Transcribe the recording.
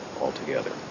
altogether